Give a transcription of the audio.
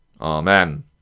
Amen